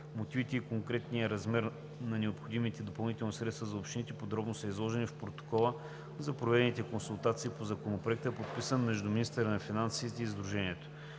Мотивите и конкретният размер на необходимите допълнителни средства за общините подробно са изложени в протокола за проведените консултации по Законопроекта, подписан между министъра на финансите и Сдружението.